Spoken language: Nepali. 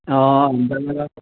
हुँदैन